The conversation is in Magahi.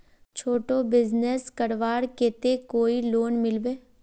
छोटो बिजनेस करवार केते कोई लोन मिलबे?